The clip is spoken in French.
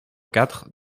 quatre